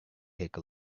take